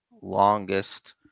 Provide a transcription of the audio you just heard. longest